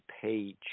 page